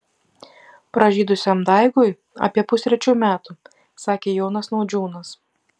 pražydusiam daigui apie pustrečių metų sakė jonas naudžiūnas